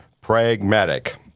pragmatic